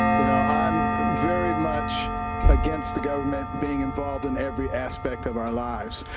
you know? i'm very much against the government being involved in every aspect of our lives,